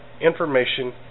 information